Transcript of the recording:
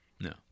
No